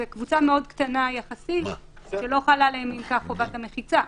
זו קבוצה קטנה יחסית שלא חלה עליהם בכלל חובת המחיצה,